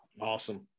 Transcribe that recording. Awesome